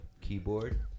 keyboard